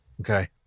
Okay